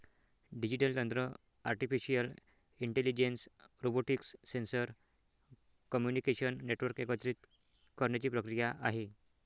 digital तंत्र artificial intelligence, robotics, sensor, communication network एकत्रित करण्याची प्रक्रिया आहे